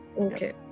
okay